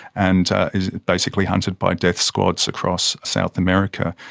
and is, basically, hunted by death squads across south america.